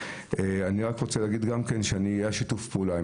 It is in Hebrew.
אני רוצה להגיד שיש שיתוף פעולה עם